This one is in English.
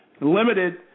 limited